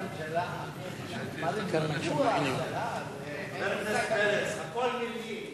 חבר הכנסת פרץ, הכול מלים.